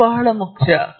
ಅದು ಬಹಳ ಮುಖ್ಯ